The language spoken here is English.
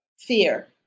fear